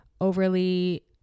overly